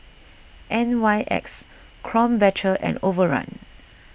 N Y X Krombacher and Overrun